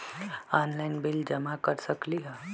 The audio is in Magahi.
ऑनलाइन बिल जमा कर सकती ह?